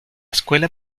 escuela